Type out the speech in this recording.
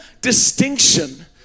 distinction